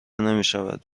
نمیشود